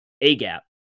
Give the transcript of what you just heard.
A-gap